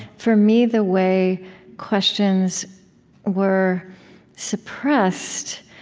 for me, the way questions were suppressed,